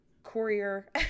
courier